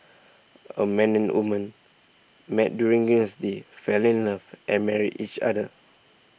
a man and woman met during university fell in love and married each other